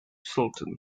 sultan